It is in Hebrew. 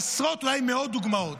בעשרות ואולי במאות דוגמאות.